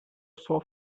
sua